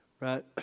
right